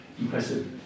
impressive